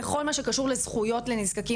בכל מה שקשור לזכויות לנזקקים,